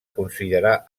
considerar